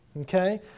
okay